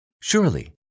Surely